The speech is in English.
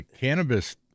cannabis